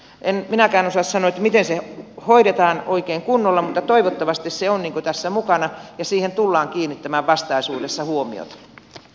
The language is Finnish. en minäkään osaa sanoa miten se hoidetaan oikein kunnolla mutta toivottavasti se on tässä mukana ja siihen tullaan kiinnittämään vastaisuudessa huomiota